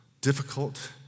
difficult